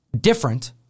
different